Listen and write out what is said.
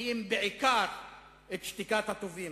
כי אם בעיקר את שתיקת הטובים.